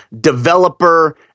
Developer